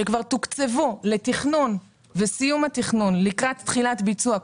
הם כבר תוקצבו לתכנון וסיום התכנון לקראת תחילת ביצוע,